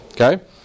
Okay